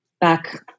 back